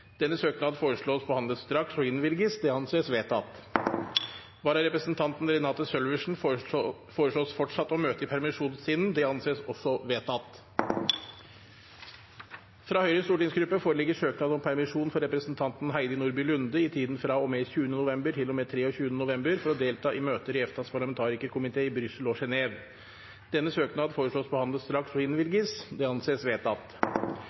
Denne søknad foreslås behandlet straks og innvilget. – Det anses vedtatt. Vararepresentanten Renate Sølversen foreslås fortsatt å møte i permisjonstiden. – Det anses også vedtatt. Fra Høyres stortingsgruppe foreligger søknad om permisjon for representanten Heidi Nordby Lunde i tiden fra og med 20. november til og med 23. november for å delta i møter i EFTAs parlamentarikerkomité i Brussel og Geneve. Denne søknad foreslås behandlet straks og innvilget. – Det anses vedtatt.